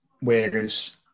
Whereas